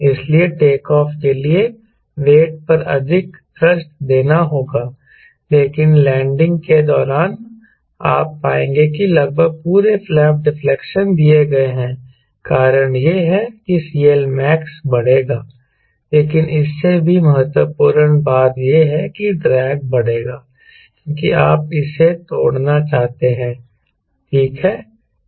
इसलिए take off के लिए वेट पर अधिक थ्रस्ट देना होगा लेकिन लैंडिंग के दौरान आप पाएंगे कि लगभग पूरे फ्लैप डिफ्लेक्शन दिए गए हैं कारण यह है कि CLmax बढ़ेगा लेकिन इससे भी महत्वपूर्ण बात यह है कि ड्रैग बढ़ेगा क्योंकि आप इसे तोड़ना चाहते हैं ठीक है